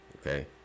Okay